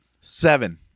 Seven